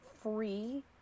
free